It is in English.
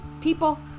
people